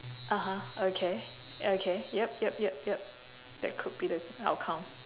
(uh huh) okay okay yup yup yup yup that could be the outcome